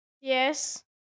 Yes